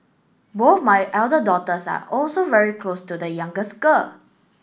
both my elder daughters are also very close to the youngest girl